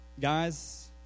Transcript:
Guys